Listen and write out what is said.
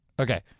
Okay